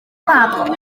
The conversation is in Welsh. mab